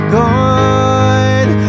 gone